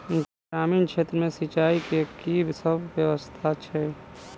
ग्रामीण क्षेत्र मे सिंचाई केँ की सब व्यवस्था छै?